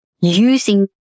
using